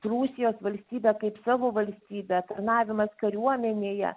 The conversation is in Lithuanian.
prūsijos valstybę kaip savo valstybę tarnavimas kariuomenėje